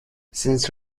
since